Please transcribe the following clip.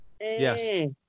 Yes